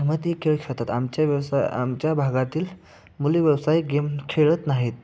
मग ते खेळ खेळतात आमच्या व्यवसाय आमच्या भागातील मुली व्यावसायिक गेम खेळत नाहीत